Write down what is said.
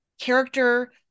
character